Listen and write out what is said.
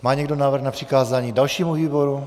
Má někdo návrh na přikázání dalšímu výboru?